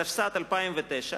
התשס"ט 2009,